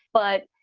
but.